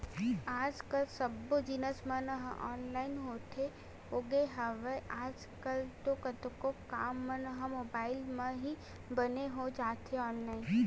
आज कल सब्बो जिनिस मन ह ऑनलाइन होगे हवय, आज कल तो कतको काम मन ह मुबाइल म ही बने हो जाथे ऑनलाइन